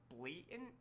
blatant